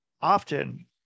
often